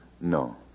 No